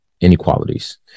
inequalities